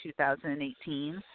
2018